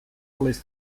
list